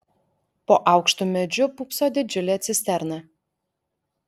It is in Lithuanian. po aukštu medžiu pūpso didžiulė cisterna